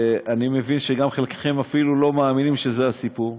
אני מבין שגם חלקכם אפילו לא מאמינים שזה הסיפור,